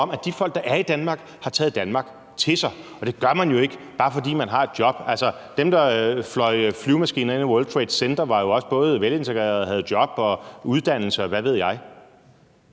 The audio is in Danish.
om de folk, der er i Danmark, har taget Danmark til sig. Og det gør man jo ikke, bare fordi man har et job. Altså dem, der fløj flyvemaskiner ind i World Trade Center, var jo også både velintegrerede, havde job og uddannelse, og hvad ved jeg.